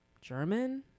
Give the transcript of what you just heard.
German